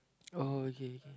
oh okay okay